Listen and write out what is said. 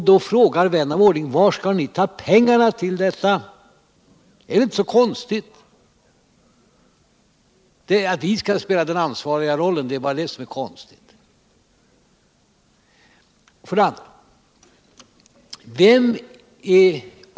Då frågar vän av ordning: Varifrån skall ni ta pengarna till detta? Det är väl inte så konstigt! Det som är konstigt är att vi socialdemokrater skall spela den ansvariga rollen.